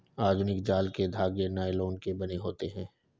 आधुनिक जाल के धागे नायलोन के बने होते हैं